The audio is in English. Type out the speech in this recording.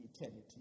eternity